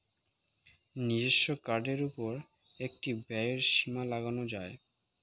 নিজস্ব কার্ডের উপর একটি ব্যয়ের সীমা লাগানো যায়